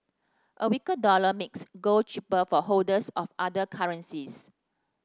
a weaker dollar makes gold cheaper for holders of other currencies